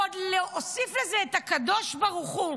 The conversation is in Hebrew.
עוד הוסיף לזה את הקדוש ברוך הוא.